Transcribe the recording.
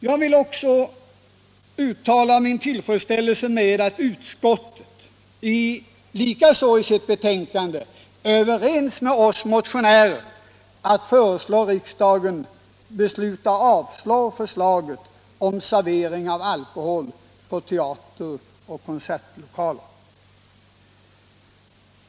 Jag vill också uttala min tillfredsställelse över att utskottet är överens med oss motionärer om att föreslå riksdagen att avslå förslaget om servering av alkohol i teateroch konsertlokaler.